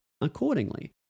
accordingly